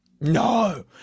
No